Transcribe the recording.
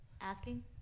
asking